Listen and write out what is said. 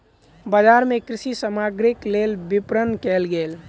बजार मे कृषि सामग्रीक लेल विपरण कयल गेल